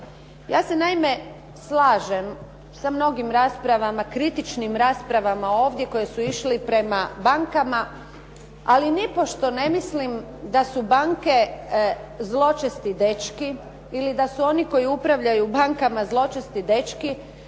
Ja se naime slažem sa mnogim raspravama, kritičnim raspravama ovdje koje su išle prema bankama, ali nipošto ne mislim da su banke zločesti dečki ili da su oni koji upravljaju bankama zločesti dečki